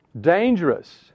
Dangerous